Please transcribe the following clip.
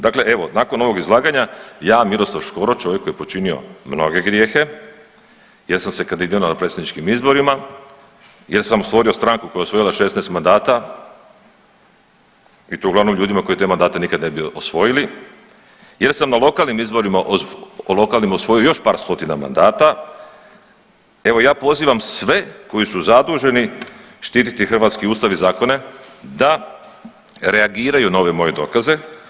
Dakle, evo nakon ovog izlaganja ja Miroslav Škoro čovjek koji je počinio mnoge grijehe jer sam se kandidirao na predsjedničkim izborima, jer sam stvorio stranku koja je osvojila 16 mandata i to uglavnom ljudima koji te mandate nikad ne bi osvojili, jer sam na lokalnim izborima o lokalnim osvojio još par stotina mandata, evo ja pozivam sve koji su zaduženi štititi hrvatski ustav i zakone da reagiraju na ove moje dokaze.